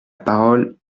parole